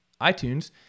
iTunes